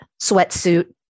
sweatsuit